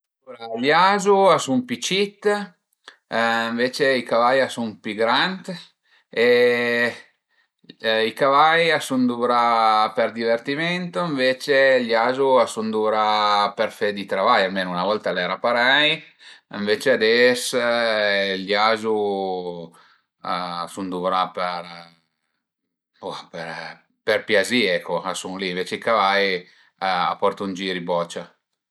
I azu a sun pi cit, ënvece i cavai a sun pi grant e i cavai a sun duvrà per divertimento, ënvece i azu a sun duvrà për fe dë travai, almenu 'na volta al era parei, ënvece ades i azu a sun duvrà për bo për për piazì ecco, a sun li, ënvece i cavai a portu ën gir i bocia